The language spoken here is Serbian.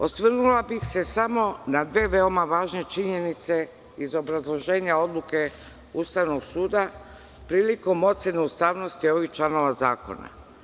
Osvrnula bih se samo na dve veoma važne činjenice iz obrazloženja odluke Ustavno suda, prilikom ocene ustavnosti ovih članova zakona.